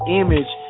image